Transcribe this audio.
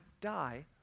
die